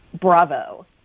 bravo